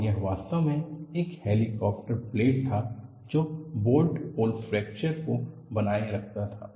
और यह वास्तव में एक हेलीकॉप्टर ब्लेड था जो बोल्ट होल फ्रैक्चर को बनाए रखता था